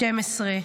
בן 12,